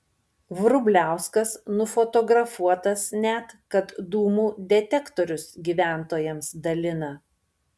vrubliauskas nufotografuotas net kad dūmų detektorius gyventojams dalina